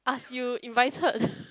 you invited